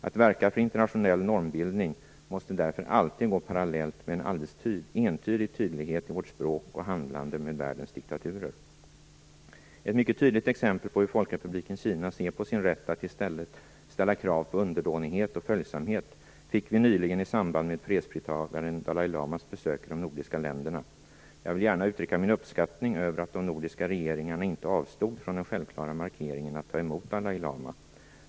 Att verka för internationell normbildning måste därför alltid gå parallellt med en alldeles entydig tydlighet i vårt språk och handlande med världens diktaturer. Ett mycket tydligt exempel på hur folkrepubliken Kina ser på sin rätt att i stället ställa krav på underdånighet och följsamhet fick vi nyligen i samband med fredspristagaren Dalai lamas besök i de nordiska länderna. Jag vill gärna uttrycka min uppskattning över att de nordiska regeringarna inte avstod från den självklara markeringen att ta emot Dalai lama.